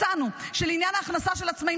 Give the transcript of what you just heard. הצענו שלעניין ההכנסה של עצמאים,